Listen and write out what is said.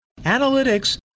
analytics